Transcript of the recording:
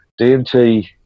DMT